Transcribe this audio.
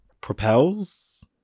propels